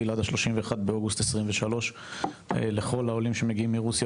עד ה31 באוגוסט 2023 לכל העולים שמגיעים מרוסיה,